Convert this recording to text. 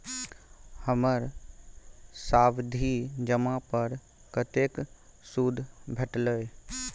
हमर सावधि जमा पर कतेक सूद भेटलै?